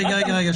רגע, רגע.